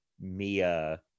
Mia